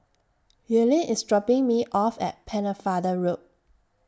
Earlean IS dropping Me off At Pennefather Road